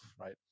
right